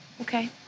Okay